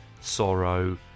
sorrow